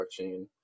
blockchain